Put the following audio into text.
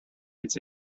its